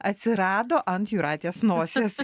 atsirado ant jūratės nosies